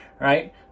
right